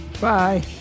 Bye